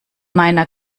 meiner